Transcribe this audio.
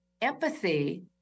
empathy